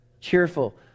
Cheerful